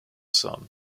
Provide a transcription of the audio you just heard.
son